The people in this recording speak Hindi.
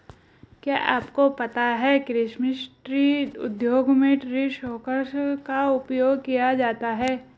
क्या आपको पता है क्रिसमस ट्री उद्योग में ट्री शेकर्स का उपयोग किया जाता है?